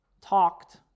Talked